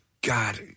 God